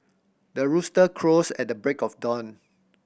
the rooster crows at the break of dawn